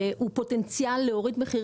הוא פוטנציאל להוריד מחירים.